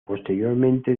posteriormente